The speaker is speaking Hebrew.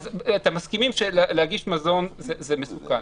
אתם מסכימים שלהגיש מזון זה מסוכן?